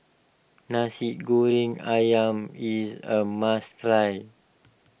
Nasi Goreng Ayam is a must try